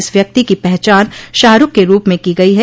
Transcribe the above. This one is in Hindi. इस व्यक्ति की पहचान शाहरूख के रूप में की गई है